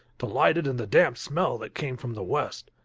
delighted in the damp smell that came from the west.